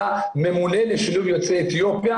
ממונה לשילוב יוצאי אתיופיה?